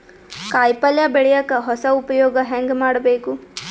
ಕಾಯಿ ಪಲ್ಯ ಬೆಳಿಯಕ ಹೊಸ ಉಪಯೊಗ ಹೆಂಗ ಮಾಡಬೇಕು?